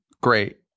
Great